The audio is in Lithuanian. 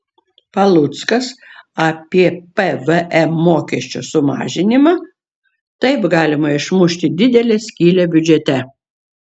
paluckas apie pvm mokesčio sumažinimą taip galima išmušti didelę skylę biudžete